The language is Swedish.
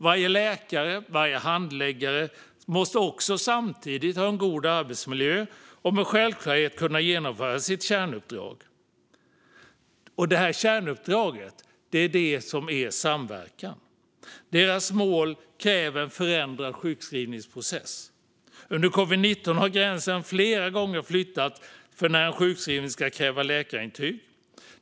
Varje läkare och handläggare måste också samtidigt ha en god arbetsmiljö och med självklarhet kunna genomföra sitt kärnuppdrag - samverkan. Deras mål kräver en förändrad sjukskrivningsprocess. Under covid-19 har gränsen flera gånger flyttats för när en sjukskrivning ska kräva läkarintyg.